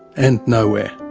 and nowhere.